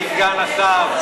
אדוני סגן השר,